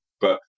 but-